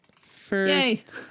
first